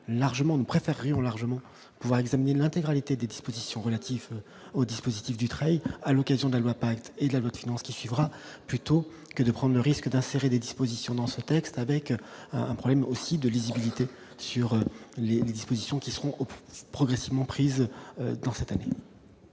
nous préférions largement pouvoir examiner l'intégralité des dispositions relatives au dispositif Dutreil à l'occasion de la loi Paris et la votre finance qui suivra, plutôt que de prendre le risque d'insérer des dispositions dans ce texte, avec un problème aussi de lisibilité sur les dispositions qui seront progressivement prise dans cette année.